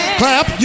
clap